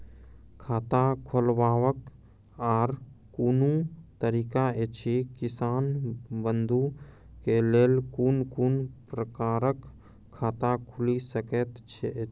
खाता खोलवाक आर कूनू तरीका ऐछि, किसान बंधु के लेल कून कून प्रकारक खाता खूलि सकैत ऐछि?